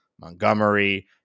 Montgomery